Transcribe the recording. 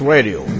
Radio